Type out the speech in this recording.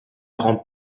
rend